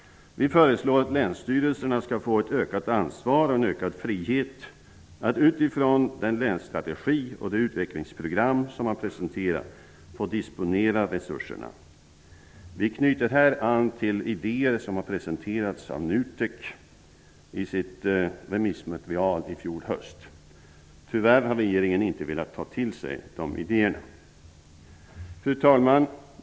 Vi föreslår att länsstyrelserna skall få ett ökat ansvar och en ökad frihet att disponera resurserna utifrån den länsstrategi och det utvecklingsprogram som man presenterar. Här knyter vi an till de idéer som har presenterats av NUTEK i remissmaterialet i fjol höstas. Tyvärr har regeringen inte velat ta till sig de idéerna. Fru talman!